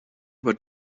über